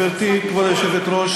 גברתי, כבוד היושבת-ראש,